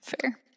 Fair